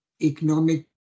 economic